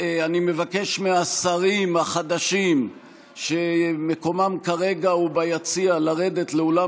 אני מבקש מהשרים החדשים שמקומם כרגע הוא ביציע לרדת לאולם